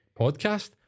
Podcast